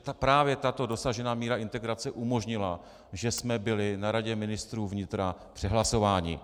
Protože právě tato dosažená míra integrace umožnila, že jsme byli na Radě ministrů vnitra přehlasováni.